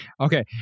Okay